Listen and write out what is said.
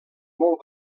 molt